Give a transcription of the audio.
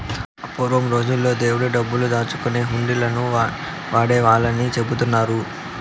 పూర్వం రోజుల్లో దేవుడి డబ్బులు దాచుకునేకి హుండీలను వాడేవాళ్ళని చెబుతున్నారు